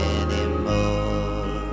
anymore